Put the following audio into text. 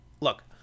look